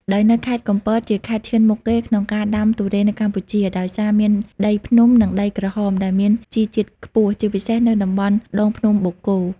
ដោយនៅខេត្តកំពតជាខេត្តឈានមុខគេក្នុងការដាំទុរេននៅកម្ពុជា ដោយសារមានដីភ្នំ និងដីក្រហម ដែលមានជីជាតិខ្ពស់ ជាពិសេសនៅតំបន់ដងភ្នំបូកគោ។